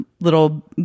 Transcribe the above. little